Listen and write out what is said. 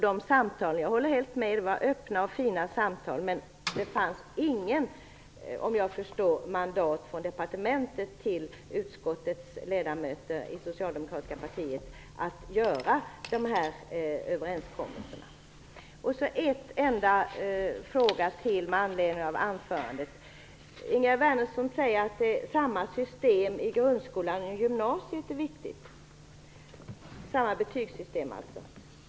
De samtal vi haft var fina och öppna samtal, men det fanns inget mandat från departementet till utskottets socialdemokratiska ledamöter att träffa överenskommelser. En enda fråga till. Ingegerd Wärnersson säger att det är viktigt med samma betygssystem i grundskolan som i gymnasieskolan.